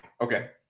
Okay